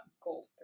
gold